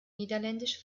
niederländisch